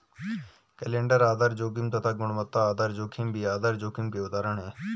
calendar आधार जोखिम तथा गुणवत्ता आधार जोखिम भी आधार जोखिम के उदाहरण है